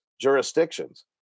jurisdictions